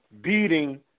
beating